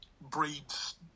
breeds